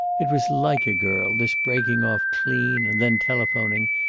it was like a girl, this breaking off clean and then telephoning,